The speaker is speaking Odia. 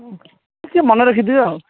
ଟିକେ ମନେ ରଖିଥିବେ ଆଉ